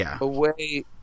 away